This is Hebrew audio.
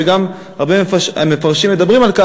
שגם המפרשים מדברים עליו,